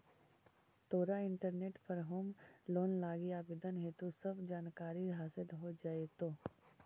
तोरा इंटरनेट पर home loan लागी आवेदन हेतु सब जानकारी हासिल हो जाएतो